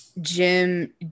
Jim